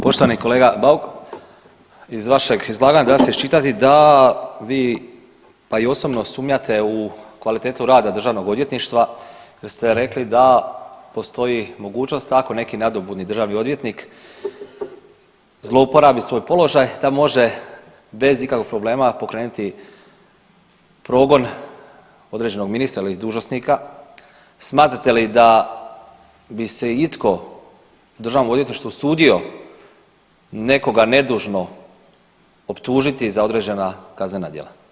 Poštovani kolega Bauk, iz vašeg izlaganja da se iščitati da vi, pa i osobno sumnjate u kvalitetu rada državnog odvjetništva jer ste rekli da postoji mogućnost ako neki nadobudni državni odvjetnik zlouporabi svoj položaj da može bez ikakvog problema pokrenuti progon određenog ministra ili dužnosnika, smatrate li da bi se itko u državnom odvjetništvu osudio nekoga nedužno optužiti za određena kaznena djela?